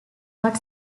what